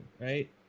right